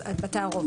בתערובת.